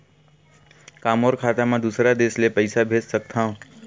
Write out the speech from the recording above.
का मोर खाता म दूसरा देश ले पईसा भेज सकथव?